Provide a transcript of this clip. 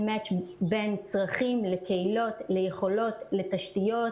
match בין צרכים לקהילות ליכולות לתשתיות,